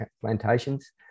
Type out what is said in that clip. plantations